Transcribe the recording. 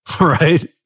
right